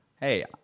Hey